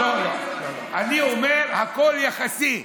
אני אומר: הכול יחסי.